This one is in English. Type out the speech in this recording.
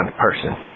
person